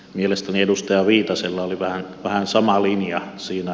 mielestäni edustaja viitasella oli vähän sama linja siinä